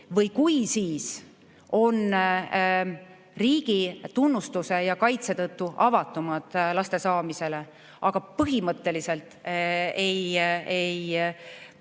või kui, siis on nad riigi tunnustuse ja kaitse tõttu avatumad laste saamisele. Aga põhimõtteliselt ei